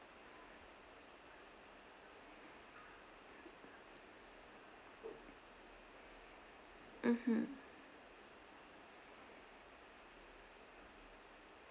mmhmm